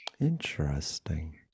Interesting